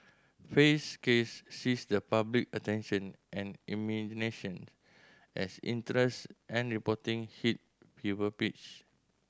Fay's case seized the public attention and imagination as interest and reporting hit fever pitch